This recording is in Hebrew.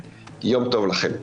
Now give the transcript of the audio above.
יום טוב לכם.